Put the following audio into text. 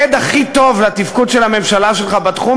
העד הכי טוב לתפקוד של הממשלה שלך בתחום